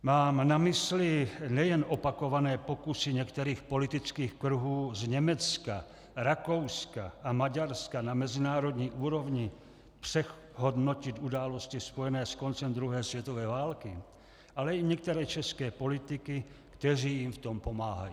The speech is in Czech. Mám na mysli nejen opakované pokusy některých politických kruhů z Německa, Rakouska a Maďarska na mezinárodní úrovni přehodnotit události spojené s koncem druhé světové války, ale i některé české politiky, kteří jim v tom pomáhají.